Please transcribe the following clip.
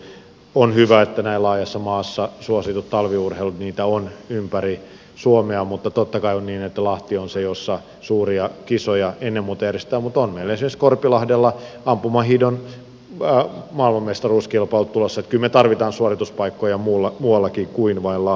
on hyvä että näin laajassa maassa suosittua talviurheilua on ympäri suomea mutta totta kai on niin että lahti on se jossa suuria kisoja ennen muuta järjestetään mutta on meillä esimerkiksi korpilahdelle ampumahiihdon maailmanmestaruuskilpailut tulossa niin että kyllä me tarvitsemme suorituspaikkoja muuallakin kuin vain lahdessa